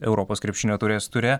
europos krepšinio taurės ture